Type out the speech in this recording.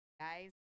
guys